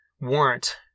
Warrant